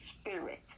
spirit